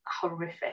horrific